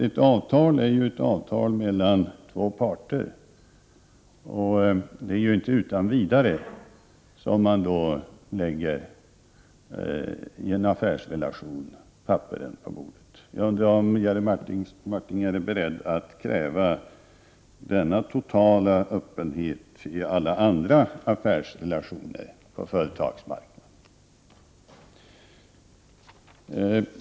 Ett avtal är en överenskommelse mellan två parter, och i en affärsrelation lägger man inte utan vidare papperen på bordet. Jag undrar om Jerry Martinger är beredd att kräva denna totala öppenhet i alla andra affärsrelationer på företagsmarknaden.